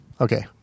Okay